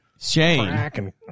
Shane